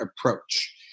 approach